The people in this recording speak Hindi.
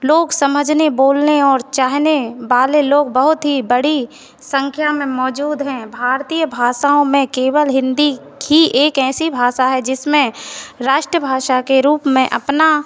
लोग समझने बोलने और चाहने बाले लोग बहुत ही बड़ी संख्या में मौजूद हैं भारतीय भाषाओं में केवल हिंदी ही एक ऐसी भाषा है जिसमें राष्ट्रभाषा के रूप में अपना